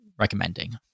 recommending